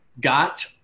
got